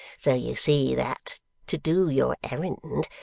so you see that to do your errand,